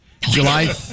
July